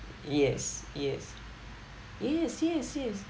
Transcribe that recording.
yes yes yes yes yes